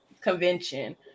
convention